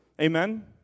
Amen